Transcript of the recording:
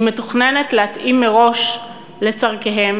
היא מתוכננת להתאים מראש לצורכיהם